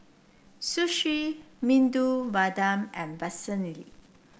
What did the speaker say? Sushi Medu Vada and Vermicelli